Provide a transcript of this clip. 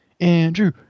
Andrew